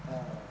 err